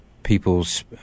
people's